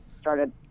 started